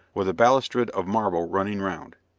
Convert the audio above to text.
with a balustrade of marble running round.